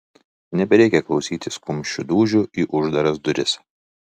nebereikia klausytis kumščių dūžių į uždaras duris